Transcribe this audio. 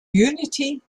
unity